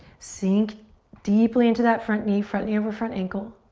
sink deeply into that front knee, front knee over front ankle.